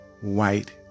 white